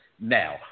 now